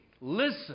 listen